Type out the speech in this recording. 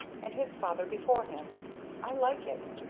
and his father before him i like it.